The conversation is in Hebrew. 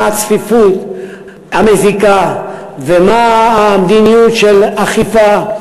הצפיפות המזיקה ומה המדיניות של אכיפה.